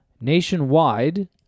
Nationwide